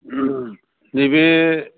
नैबे